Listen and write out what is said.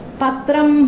Patram